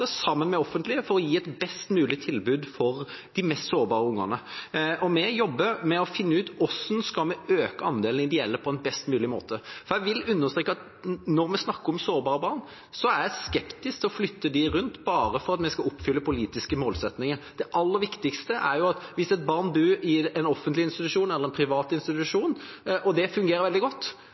sammen med private, sammen med offentlige, for å gi et best mulig tilbud til de mest sårbare ungene. Vi jobber med å finne ut hvordan vi skal øke andelen ideelle på en best mulig måte. Jeg vil understreke at når vi snakker om sårbare barn, er jeg skeptisk til å flytte dem rundt bare for at vi skal oppfylle politiske målsettinger. Hvis et barn bor i en offentlig eller privat institusjon og det fungerer veldig godt,